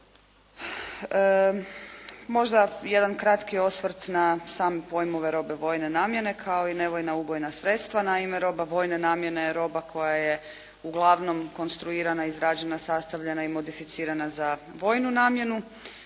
Možda jedan kratki osvrt na same pojmove robe vojne namjene, kao i nevojna ubojna sredstva. Naime, roba vojne namjene je roba koja je uglavnom konstruirana i izrađena, sastavljena i modificirana za vojnu namjenu,